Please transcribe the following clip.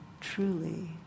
truly